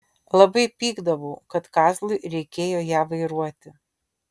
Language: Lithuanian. labai pykdavau kad kazlui reikėjo ją vairuoti